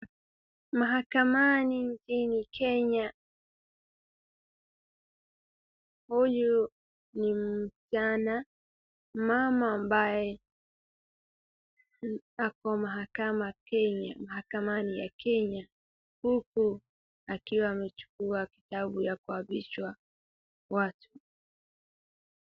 Mahakamani nchini Kenya. Huyu ni msichana, mama ambaye ako mahakamani ya Kenya huku akiwa amechukua kitabu ya kuapisha watu.